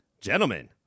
Gentlemen